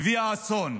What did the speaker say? הביאה אסון.